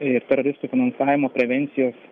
ir teroristų finansavimo prevencijos